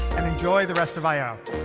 and enjoy the rest of i ah